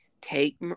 take